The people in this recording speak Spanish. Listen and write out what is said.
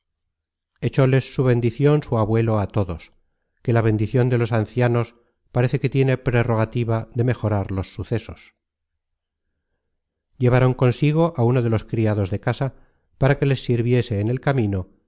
echóles su bendicion su abuelo a todos que la bendicion de los ancianos parece que tiene prerogativa de mejorar los sucesos llevaron consigo á uno de los criados de casa para que les sirviese en el camino